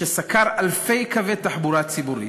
שסקר אלפי קווי תחבורה ציבורית,